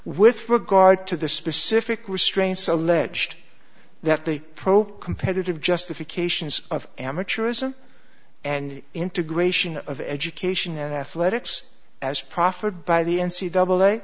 with regard to the specific restraints alleged that the pro competitive justifications of amateurism and integration of education and athletics as proffered by the n c double a